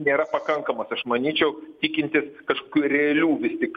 nėra pakankamas aš manyčiau tikintis kažkokių realių vis tik